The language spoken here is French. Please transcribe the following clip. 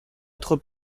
être